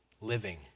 living